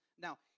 Now